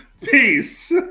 Peace